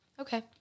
Okay